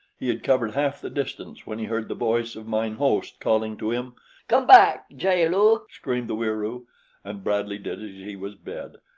he had covered half the distance when he heard the voice of mine host calling to him come back, jaal-lu, screamed the wieroo and bradley did as he was bid.